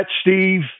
Steve